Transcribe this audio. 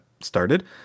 started